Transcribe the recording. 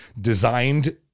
designed